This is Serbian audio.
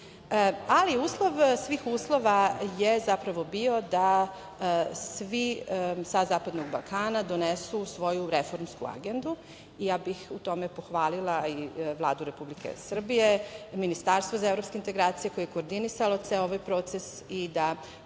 EU.Uslov svih uslova je bio da svi sa zapadnog Balkana donesu svoju reformsku agendu i ja bih u tome pohvalila i Vladu Republike Srbije i Ministarstvo za evropske integracije koje je koordinisalo ceo ovaj proces i da podvučem